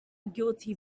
guilty